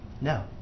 no